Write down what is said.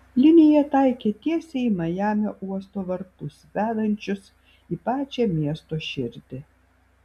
linija taikė tiesiai į majamio uosto vartus vedančius į pačią miesto širdį